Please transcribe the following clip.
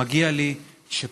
מגיע לי שפשוט